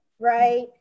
right